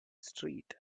street